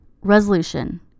Resolution